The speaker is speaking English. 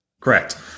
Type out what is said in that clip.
Correct